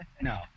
No